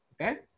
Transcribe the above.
Okay